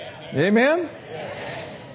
Amen